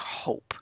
hope